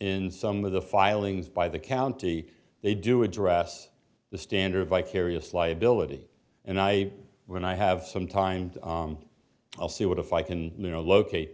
in some of the filings by the county they do address the standard vicarious liability and i when i have some time i'll see what if i can locate